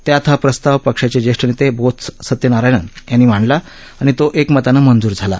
त्यात हा प्रस्ताव पक्षाचे ज्येष्ठ नेते बोत्स सत्यनारायण यांनी मांडला आणि तो एकमतानं मंजूर झाला